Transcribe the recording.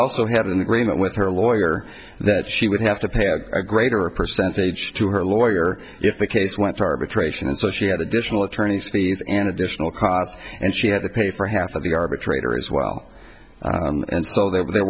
also had an agreement with her lawyer that she would have to pay a greater percentage to her lawyer if the case went to arbitration and so she had additional attorney's fees and additional costs and she had to pay for half of the arbitrator as well and so they were the